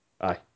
Aye